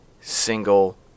single